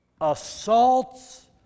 assaults